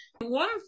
one